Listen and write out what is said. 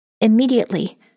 Immediately